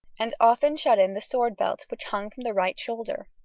and often shut in the sword-belt, which hung from the right shoulder.